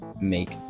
make